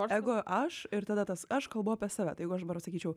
o jeigu aš ir tada tas aš kalbu apie save tai jeigu aš dabar sakyčiau